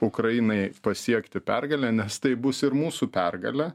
ukrainai pasiekti pergalę nes tai bus ir mūsų pergalė